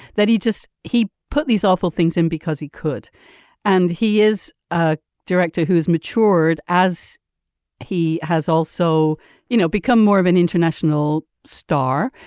that he just he put these awful things in because he could and he is a director who has matured as he has also you know become more of an international star.